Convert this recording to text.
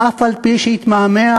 אף-על-פי שיתמהמה,